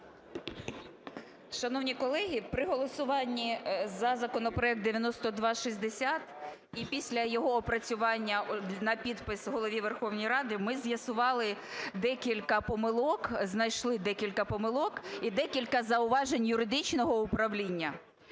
Шановні колеги, при голосуванні за законопроект 9260 і після його опрацювання на підпис Голові Верховної Ради ми з'ясували декілька помилок, знайшли декілька помилок і декілька зауважень юридичного управління.